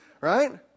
Right